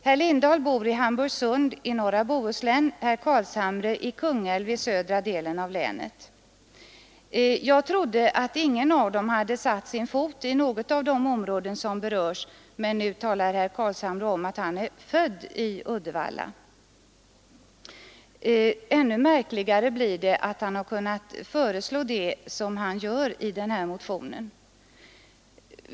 Herr Lindahl bor i Hamburgsund i norra Bohuslän, herr Carlshamre i Kungälv i södra delen av länet. Jag trodde att ingen av dem hade satt sin fot i något av de områden som berörs. Men nu talar herr Carlshamre om att han är född i Uddevalla. Ännu märkligare blir det att han har kunnat framföra det förslag som han väcker i denna motion.